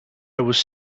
was